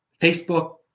Facebook –